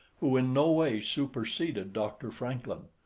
who in no way superseded dr. francklin.